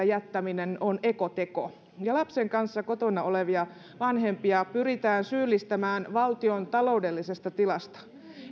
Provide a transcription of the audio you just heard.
jättäminen on ekoteko ja lapsen kanssa kotona olevia vanhempia pyritään syyllistämään valtion taloudellisesta tilasta